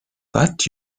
but